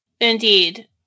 Indeed